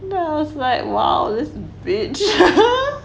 then I was like !wow! this bitch